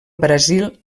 brasil